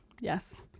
yes